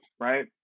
right